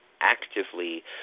actively